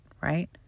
right